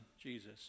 Jesus